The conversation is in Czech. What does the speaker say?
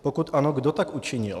Pokud ano, kdo tak učinil?